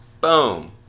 boom